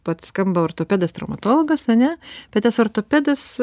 vat skamba ortopedas traumatologas ane bet tas ortopedas